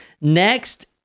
Next